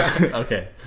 Okay